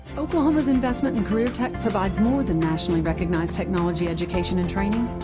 oklahoma's investment in careertech provides more than nationally recognized technology education and training,